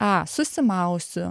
a susimausiu